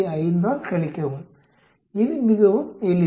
5 ஆல் கழிக்கவும் இது மிகவும் எளிது